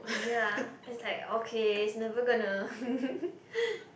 ya it's like okay it's never gonna